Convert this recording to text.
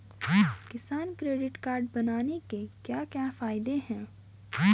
किसान credit card बनाने के क्या क्या फायदे हैं?